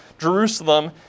Jerusalem